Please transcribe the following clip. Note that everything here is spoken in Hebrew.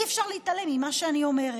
אי-אפשר להתעלם ממה שאני אומרת.